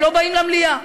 הם לא באים למליאה.